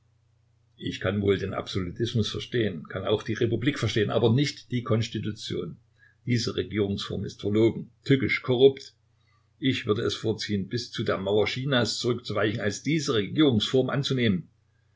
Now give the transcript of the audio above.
ich kann wohl den absolutismus verstehen kann auch die republik verstehen aber nicht die konstitution diese regierungsform ist verlogen tückisch korrupt ich würde es vorziehen bis zu der mauer chinas zurückzuweichen als diese regierungsform anzunehmen